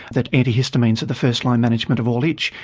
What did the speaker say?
that antihistamines are the first-line management of all itch.